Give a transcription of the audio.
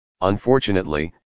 Unfortunately